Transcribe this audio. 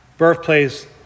birthplace